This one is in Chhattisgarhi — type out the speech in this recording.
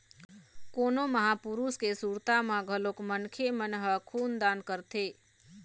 कोनो महापुरुष के सुरता म घलोक मनखे मन ह खून दान करथे